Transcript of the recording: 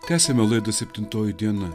tęsiame laidą septintoji diena